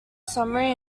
summary